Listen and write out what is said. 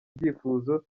ibyifuzo